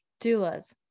doulas